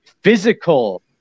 physical